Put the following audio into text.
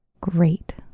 great